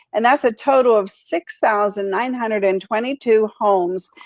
and that's a total of six thousand nine hundred and twenty two homes.